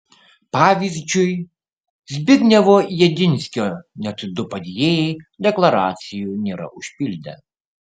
pavyzdžiui zbignevo jedinskio net du padėjėjai deklaracijų nėra užpildę